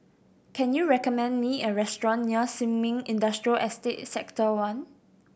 can you recommend me a restaurant near Sin Ming Industrial Estate Sector One